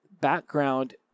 background